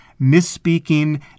misspeaking